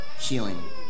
healing